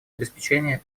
обеспечение